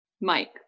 mike